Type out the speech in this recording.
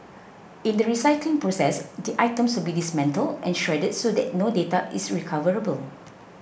in the recycling process the items will be dismantled and shredded so that no data is recoverable